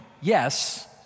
yes